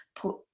put